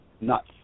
nuts